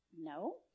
no